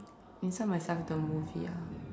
inside myself into a movie ah